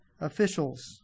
officials